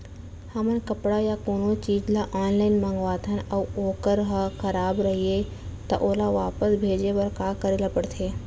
हमन कपड़ा या कोनो चीज ल ऑनलाइन मँगाथन अऊ वोकर ह खराब रहिये ता ओला वापस भेजे बर का करे ल पढ़थे?